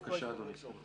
בבקשה, אדוני.